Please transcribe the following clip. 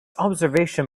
observation